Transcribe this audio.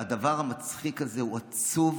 הדבר המצחיק הזה הוא עצוב.